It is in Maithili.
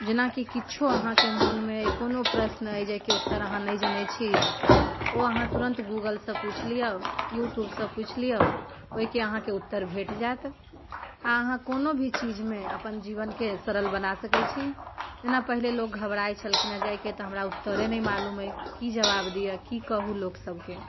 जेनाकि किछो अहाँके मोनमे अइ कोनो प्रश्न अइ जाहिके उत्तर अहाँ नहि जनै छी ओ अहाँ तुरन्त गूगलसँ पुछि लियौ यू ट्यूबसँ पुछि लियौ ओइके अहाँके उत्तर भेट जायत अहाँ कोनो भी चीजमे अपन जीवनके सरल बना सकै छी जेना पहिले लोक घबराइ छलखिन जे अइके तऽ हमरा उत्तरे नहि मालूम अइ की जवाब दियै की कहुँ लोक सभके